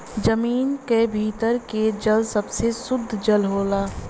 जमीन क भीतर के जल सबसे सुद्ध जल होला